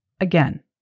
again